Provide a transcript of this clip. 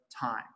time